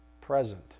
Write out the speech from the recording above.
present